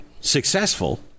Successful